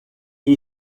que